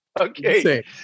Okay